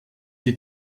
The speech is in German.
die